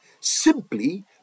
simply